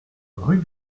rue